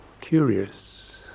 curious